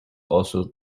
also